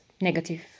negative